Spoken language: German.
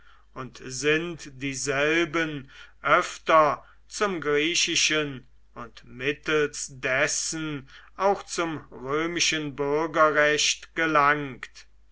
und sind dieselben öfter zum griechischen und mittels dessen auch zum römischen bürgerrecht gelangt